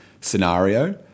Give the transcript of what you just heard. scenario